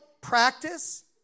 practice